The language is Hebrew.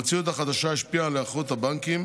המציאות החדשה השפיעה על היערכות הבנקים